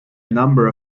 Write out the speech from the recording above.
number